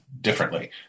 differently